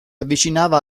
avvicinava